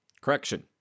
Correction